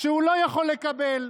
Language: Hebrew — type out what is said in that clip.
שהוא לא יכול לקבל,